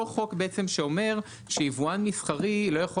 זה אותו חוק בעצם שאומר שיבואן מסחרי לא יכול